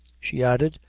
she added,